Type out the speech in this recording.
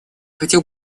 хотел